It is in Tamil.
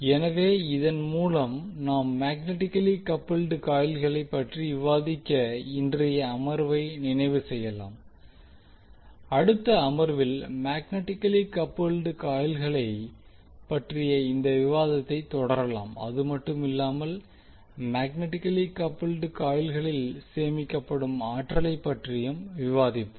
எனவே இதன் மூலம் நாம் மேக்னட்டிகலி கப்புல்டு காயில்களை பற்றி விவாதித்த இன்றைய அமர்வை நிறைவு செய்யலாம் அடுத்த அமர்வில் மேக்னட்டிகலி கப்புல்டு காயில்களை பற்றிய இந்த விவாதத்தை தொடரலாம் அதுமட்டுமில்லாமல் மேக்னட்டிகலி கப்புல்டு காயில்களில் சேமிக்கப்படும் ஆற்றலைப் பற்றியும் விவாதிப்போம்